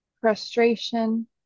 frustration